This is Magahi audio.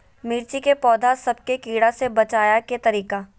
मिर्ची के पौधा सब के कीड़ा से बचाय के तरीका?